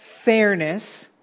fairness